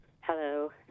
Hello